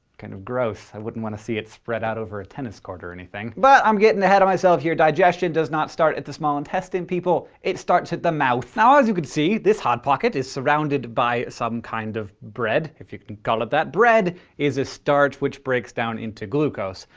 kind of gross. i wouldn't want to see it spread out over a tennis court or anything but i'm getting ahead of myself here. digestion does not start at the small intestine, people, it starts at the mouth. now, as you can see, this hot pocket is surrounded by some kind of bread, if you can call it that. bread is a starch, which breaks down into glucose.